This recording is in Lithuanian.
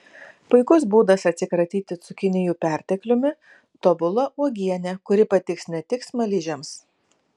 puikus būdas atsikratyti cukinijų pertekliumi tobula uogienė kuri patiks ne tik smaližiams